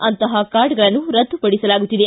ಅಂತಪ ಕಾರ್ಡಗಳನ್ನು ರದ್ದುಪಡಿಸಲಾಗುತ್ತಿದೆ